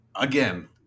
Again